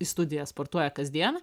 į studiją sportuoja kasdien